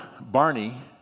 Barney